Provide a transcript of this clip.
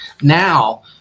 now